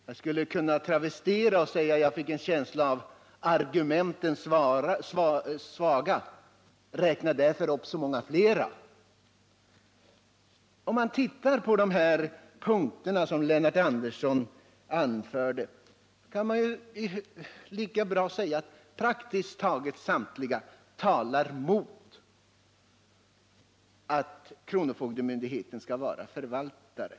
En travesti på detta skulle i det här fallet kunna vara: Argumenten svaga, räkna därför upp så många flera! Om man närmare granskar de punkter som Lennart Andersson anförde, så finner man att praktiskt taget alla talar mot att kronofogdemyndigheten skall vara förvaltare.